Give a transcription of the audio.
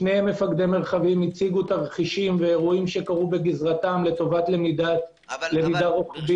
שני מפקדי מרחבים הציגו תרחישים ואירועים בגזרתם לטובת למידה רוחבית.